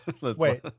Wait